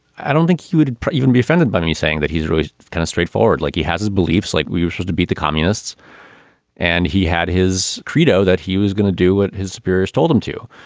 i don't think he would even be offended by me saying that he's really kind of straightforward, like he hasn't his beliefs, like we used to beat the communists and he had his credo that he was going to do what his superiors told him to.